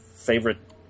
favorite